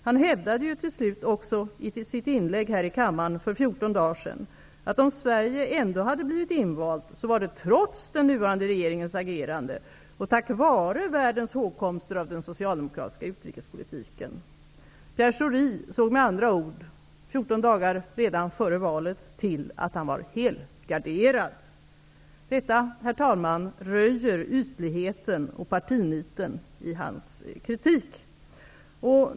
Han hävdade till slut också i sitt inlägg här i kammaren för 14 dagar sedan, att om Sverige ändå blev invalt skulle det vara trots den nuvarande regeringens agerande och tack vare världens hågkomster av den socialdemokratiska utrikespolitiken. Pierre Schori såg med andra ord redan 14 dagar före valet till att han var helgarderad. Detta röjer, herr talman, ytligheten och partiniten i hans kritik.